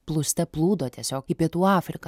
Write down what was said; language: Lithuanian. plūste plūdo tiesiog į pietų afriką